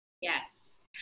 Yes